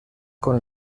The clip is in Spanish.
con